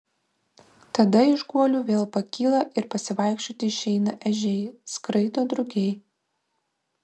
tada iš guolių vėl pakyla ir pasivaikščioti išeina ežiai skraido drugiai